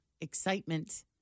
excitement